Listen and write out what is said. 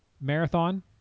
marathon